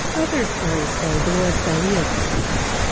other stories say dolores del rio tipped him off.